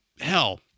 hell